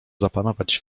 zapanować